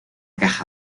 caja